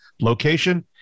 location